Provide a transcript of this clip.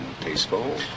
tasteful